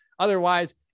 Otherwise